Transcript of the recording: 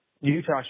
Utah